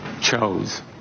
chose